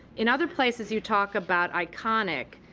in other places you talk about iconic,